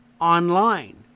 online